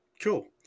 cool